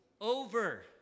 over